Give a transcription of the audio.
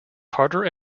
carter